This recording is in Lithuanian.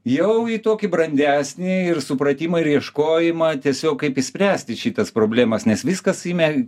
jau į tokį brandesnį ir supratimą ir ieškojimą tiesiog kaip išspręsti šitas problemas nes viskas imė